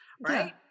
Right